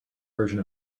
version